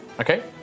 Okay